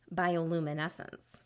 bioluminescence